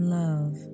love